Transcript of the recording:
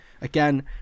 again